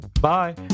Bye